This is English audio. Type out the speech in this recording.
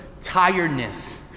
tiredness